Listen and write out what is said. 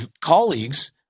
colleagues